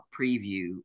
preview